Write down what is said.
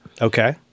Okay